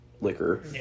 liquor